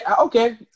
Okay